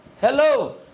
hello